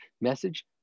message